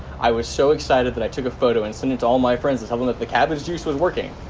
i was so excited that i took a photo and sent it to all my friends to tell them that the cabbage juice was working.